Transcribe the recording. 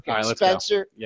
Spencer